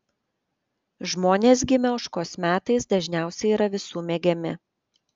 žmonės gimę ožkos metais dažniausiai yra visų mėgiami